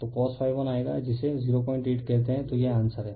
तो cos∅ 1 आएगा जिसे 08 कहते हैं तो यह आंसर है